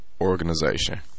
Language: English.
Organization